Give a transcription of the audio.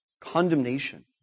Condemnation